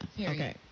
Okay